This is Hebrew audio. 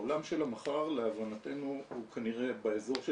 העולם של המחר להבנתנו הוא כנראה באזור של